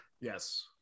Yes